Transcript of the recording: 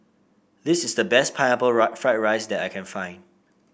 this is the best Pineapple Fried Rice that I can find